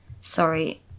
Sorry